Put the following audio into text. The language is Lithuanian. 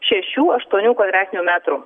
šešių aštuonių kvadratinių metrų